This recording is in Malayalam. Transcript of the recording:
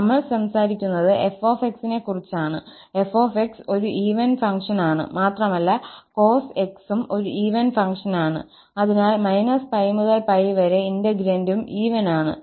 നമ്മൾ സംസാരിക്കുന്നത് 𝑓𝑥 നെക്കുറിച്ചാണ് 𝑓𝑥 ഒരു ഈവൻ ഫംഗ്ഷൻ ആണ് മാത്രമല്ല cos𝑥 ഉം ഒരു ഈവൻ ഫംഗ്ഷൻ ആണ് അതിനാൽ 𝜋 മുതൽ 𝜋 വരെ ഇന്റെഗ്രേണ്ടും ഈവൻ ആണ്